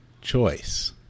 choice